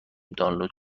دانلود